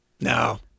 No